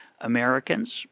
Americans –